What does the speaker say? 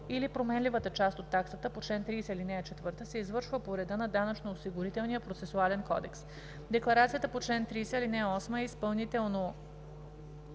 или променливата част от таксата по чл. 30, ал. 4 се извършва по реда на Данъчно-осигурителния процесуален кодекс. Декларацията по чл. 30, ал. 8 е изпълнително